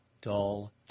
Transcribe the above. dull